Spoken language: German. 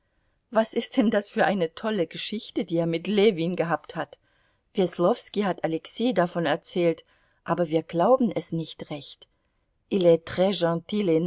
was ist denn das für eine tolle geschichte die er mit ljewin gehabt hat weslowski hat alexei davon erzählt aber wir glauben es nicht recht